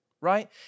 right